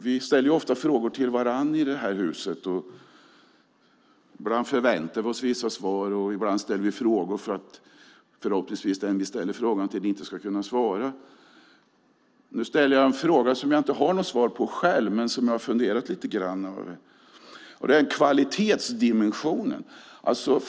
Vi ställer ofta frågor till varandra i det här huset. Ibland förväntar vi oss vissa svar och ibland ställer vi frågor för att den vi ställer frågan till förhoppningsvis inte ska kunna svara. Nu ställer jag en fråga som jag inte har något svar på själv, men som jag har funderat lite grann över. Det handlar om kvalitetsdimensionen.